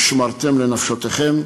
ונשמרתם לנפשותיכם.